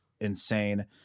insane